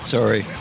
Sorry